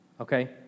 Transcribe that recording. okay